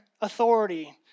authority